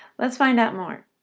let's find out more.